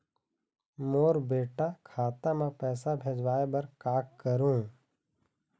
मोर बेटा खाता मा पैसा भेजवाए बर कर करों?